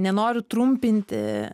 nenoriu trumpinti